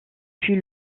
puis